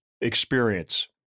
experience